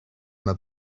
m’a